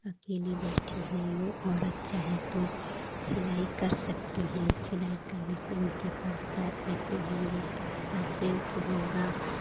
अकेली बैठी हो वो औरत चाहें तो सिलाई कर सकते हैं सिलाई करने से उनके पास पैसे होंगे तो हेल्प होगा